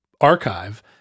archive